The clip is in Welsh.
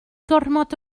gormod